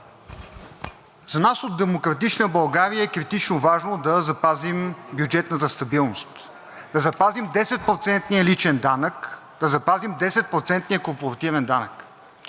За нас от „Демократична България“ е критично важно да запазим бюджетната стабилност, да запазим 10-процентния личен данък, да запазим 10-процентния корпоративен данък.